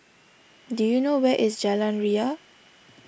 do you know where is Jalan Ria